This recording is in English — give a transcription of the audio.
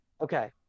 Okay